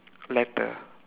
letter